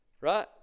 Right